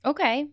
Okay